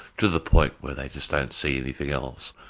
to the point where they just don't see anything else.